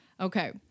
okay